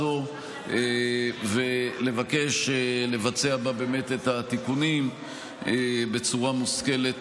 הזאת ומבקש לבצע בה את התיקונים בצורה מושכלת